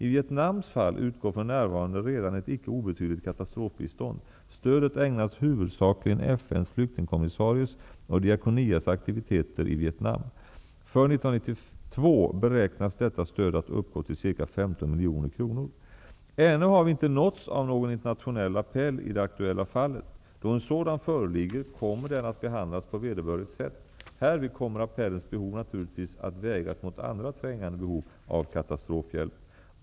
I Vietnams fall utgår för närvarande redan ett icke obetydligt katastrofbistånd. Stödet ägnas huvudsakligen FN:s flyktingkommissaries och Diakonias aktiviteter i Vietnam. För 1992 beräknas detta stöd att uppgå till ca 15 miljoner kronor. Ännu har vi inte nåtts av någon internationell appell i det aktuella fallet. Då en sådan föreligger kommer den att behandlas på vederbörligt sätt. Härvid kommer dessa behov naturligtvis att vägas mot andra trängande behov av katastrofhjälp.